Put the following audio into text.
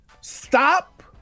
Stop